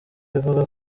ivuga